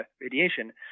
radiation